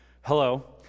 hello